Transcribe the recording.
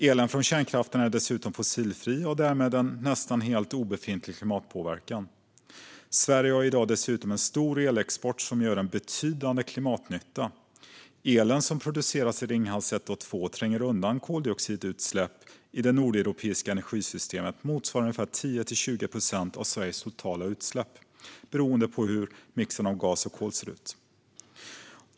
Elen från kärnkraften är dessutom fossilfri och har därmed en nästan helt obefintlig klimatpåverkan. Sverige har i dag dessutom en stor elexport som gör en betydande klimatnytta. Elen som produceras i Ringhals 1 och 2 tränger undan koldioxidutsläpp i det nordeuropeiska energisystemet motsvarande 10-20 procent av Sveriges totala utsläpp, beroende på hur mixen av gas och kol ser ut.